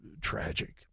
tragic